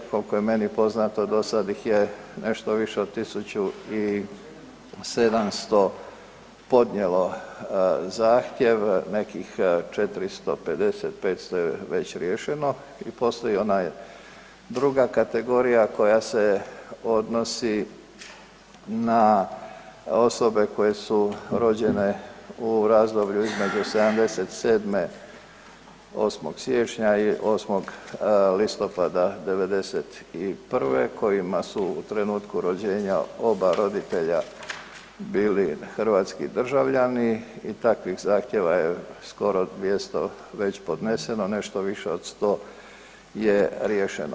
Koliko je meni poznato do sada ih je nešto više od 1.700 podnijelo zahtjev, nekih 455 se već riješeno i postoji onaj druga kategorija koja se odnosi na osobe koje su rođene u razdoblju između '77., 8. siječnja i 8. listopada '91. kojima su u trenutku rođenja oba roditelja bili hrvatski državljani i takvih zahtjeva je skoro 200 već podneseno, nešto više od 100 je riješeno.